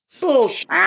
bullshit